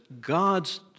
God's